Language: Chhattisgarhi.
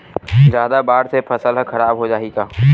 जादा बाढ़ से फसल ह खराब हो जाहि का?